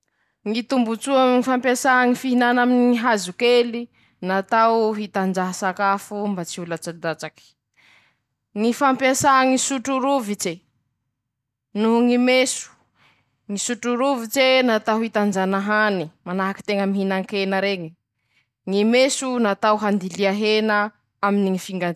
Fomba fiasany ñy hety: -Ñy hety natao hanampaha raha. Natao hiheteza: -Hiheteza volo zay. Manahaky ñ'olo mpitrebiky rey, -Nataony hanampaha siky ñy hety. Manahaky olo mpihety reñy: -Natao hañeteza volo ñy hety hangala volo.